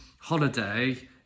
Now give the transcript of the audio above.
holiday